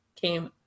came